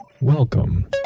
Welcome